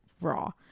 raw